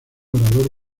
orador